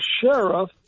sheriff